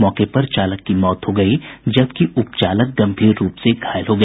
मौके पर चालक की मौत हो गयी जबकि उपचालक गंभीर रूप से घायल हो गया